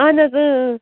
اَہن حظ